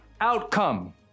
outcome